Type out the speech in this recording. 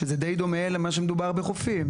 שזה די דומה לאיסור בחופים.